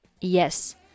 Yes